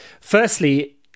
Firstly